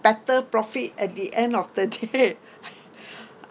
better profit at the end of the day